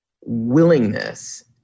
willingness